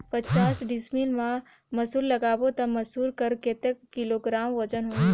पचास डिसमिल मा मसुर लगाबो ता मसुर कर कतेक किलोग्राम वजन होही?